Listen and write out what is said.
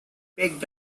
picked